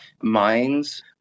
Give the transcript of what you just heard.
mines